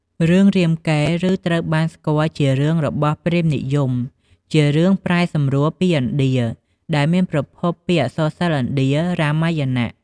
រឿងរាមកេរ្តិ៍ ឬត្រូវបានស្គាល់ជារឿងរបស់ ព្រាហ្មណ៍និយម ជារឿងប្រែសម្រួលពីឥណ្ឌា ដែលមានប្រភពពីអក្សរសិល្ប៍ឥណ្ឌា "រាមាយណៈ"។